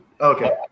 okay